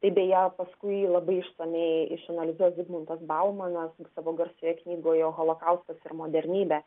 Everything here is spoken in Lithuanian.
tai beje paskui labai išsamiai išanalizuos zigmuntas baumanas savo garsioje knygoje holokaustas ir modernybė